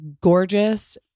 gorgeous